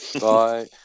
Bye